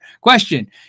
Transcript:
Question